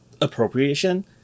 appropriation